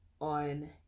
on